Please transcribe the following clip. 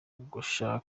gufasha